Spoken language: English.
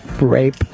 Rape